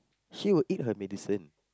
she will eat her medicine